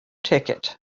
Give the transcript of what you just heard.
ticket